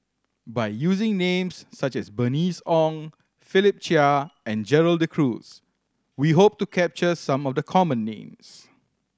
by using names such as Bernice Ong Philip Chia and Gerald De Cruz we hope to capture some of the common names